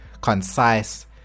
concise